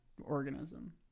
organism